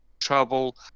trouble